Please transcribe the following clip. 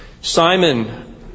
Simon